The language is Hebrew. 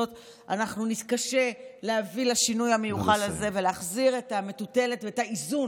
אנחנו נתקשה להביא לשינוי המיוחל הזה ולהחזיר את המטוטלת ואת האיזון